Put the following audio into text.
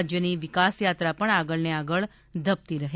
રાજ્યની વિકાસયાત્રા પણ આગળને આગળ ધપતી રહે